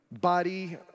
Body